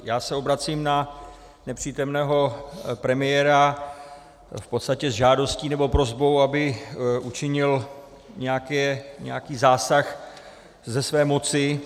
Já se obracím na nepřítomného premiéra v podstatě s žádostí nebo prosbou, aby učinil nějaký zásah ze své moci.